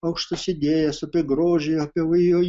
aukštas idėjas apie grožį apie oi oi